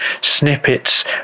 snippets